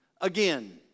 again